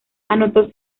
anotó